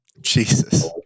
Jesus